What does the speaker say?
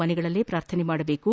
ಮನೆಗಳಲ್ಲಿಯೇ ಪ್ರಾರ್ಥನೆ ಮಾಡಬೇಕು